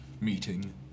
meeting